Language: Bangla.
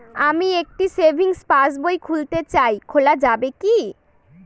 আমি একটি সেভিংস পাসবই খুলতে চাই খোলা যাবে কি?